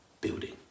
building